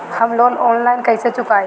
हम loan online कइसे चुकाई?